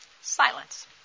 Silence